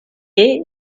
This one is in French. est